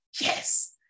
yes